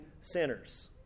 sinners